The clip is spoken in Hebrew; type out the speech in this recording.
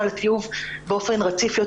נוהל הטיוב באופן רציף יותר,